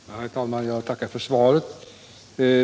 Herr talman! Jag tackar för svaret.